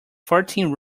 fourteen